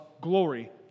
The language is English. glory